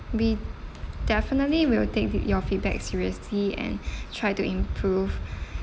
we definitely will take your feedback seriously and try to improve